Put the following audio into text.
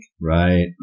Right